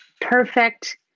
perfect